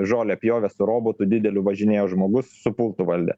žolę pjovė su robotu dideliu važinėjo žmogus su pultu valdė